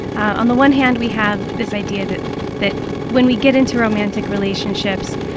on the one hand, we have this idea that that when we get into romantic relationships,